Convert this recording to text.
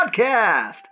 Podcast